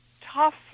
tough